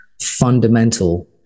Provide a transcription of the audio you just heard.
fundamental